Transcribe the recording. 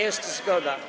Jest zgoda.